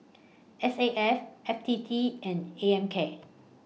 S A F F T T and A M K